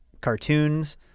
cartoons